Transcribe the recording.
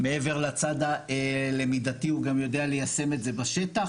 מעבר לצד הלמידתי הוא גם יודע ליישם את זה בשטח.